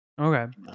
Okay